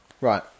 Right